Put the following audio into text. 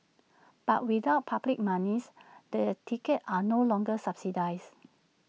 but without public monies the tickets are no longer subsidised